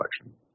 election